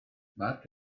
mark